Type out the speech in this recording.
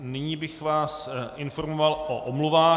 Nyní bych vás informoval o omluvách.